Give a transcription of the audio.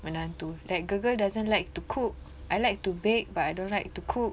menantu like girl girl doesn't like to cook I like to bake but I don't like to cook